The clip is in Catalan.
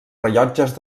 rellotges